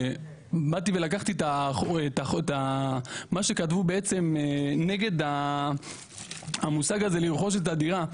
שבאתי ולקחתי את מה שכתבו נגד המושג הזה לרכוש את הדירה,